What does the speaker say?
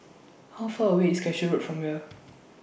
How Far away IS Cashew Road from here